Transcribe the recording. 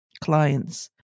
clients